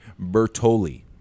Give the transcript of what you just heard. Bertoli